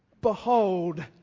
Behold